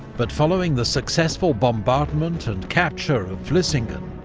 but following the successful bombardment and capture of vlissingen,